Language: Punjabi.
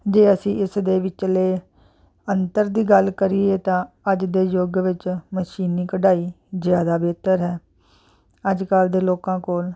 ਜੇ ਅਸੀਂ ਇਸ ਦੇ ਵਿਚਲੇ ਅੰਤਰ ਦੀ ਗੱਲ ਕਰੀਏ ਤਾਂ ਅੱਜ ਦੇ ਯੁੱਗ ਵਿੱਚ ਮਸ਼ੀਨੀ ਕਢਾਈ ਜ਼ਿਆਦਾ ਬਿਹਤਰ ਹੈ ਅੱਜ ਕੱਲ੍ਹ ਦੇ ਲੋਕਾਂ ਕੋਲ